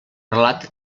relat